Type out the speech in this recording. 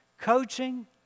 coaching